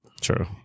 True